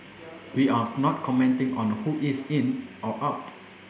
we are not commenting on who is in or out